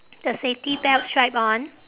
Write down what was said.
the safety belt strap on